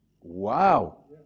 Wow